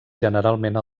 generalment